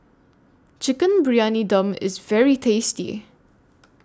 Chicken Briyani Dum IS very tasty